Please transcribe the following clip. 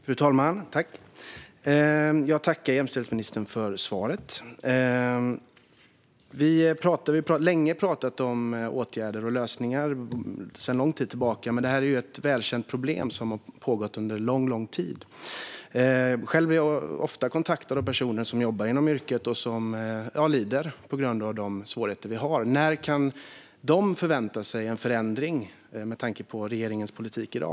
Fru talman! Jag tackar jämställdhetsministern för svaret. Vi har pratat om åtgärder och lösningar sedan lång tid tillbaka. Detta är ett välkänt problem som har pågått under lång tid. Själv blir jag ofta kontaktad av personer som jobbar inom yrket och som lider på grund av de svårigheter vi har. När kan de förvänta sig en förändring, med tanke på regeringens politik i dag?